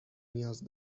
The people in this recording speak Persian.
نیاز